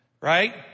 right